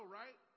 right